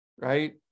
right